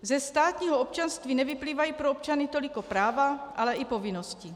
Ze státního občanství nevyplývají pro občany toliko práva, ale i povinnosti.